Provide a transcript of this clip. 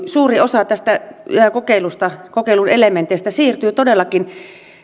suuri osa tästä kokeilusta kokeilun elementeistä siirtyy todellakin